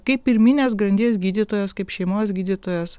kaip pirminės grandies gydytojas kaip šeimos gydytojas